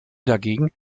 dagegen